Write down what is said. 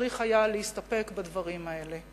צריך היה להסתפק בדברים האלה.